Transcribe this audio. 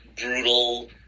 brutal